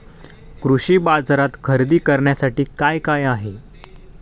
कृषी बाजारात खरेदी करण्यासाठी काय काय आहे?